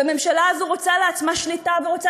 והממשלה הזו רוצה לעצמה שליטה ורוצה